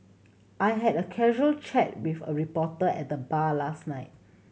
I had a casual chat with a reporter at the bar last night